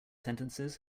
sentences